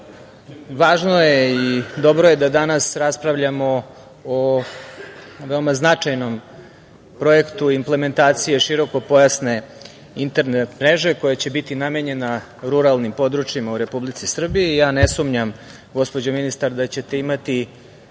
važno je i dobro je da danas raspravljamo o veoma značajnom projektu implementacije širokopojasne internet mreže koja će biti namenjena ruralnim područjima u Republici Srbiji. Ne sumnjam gospođo ministar da ćete imati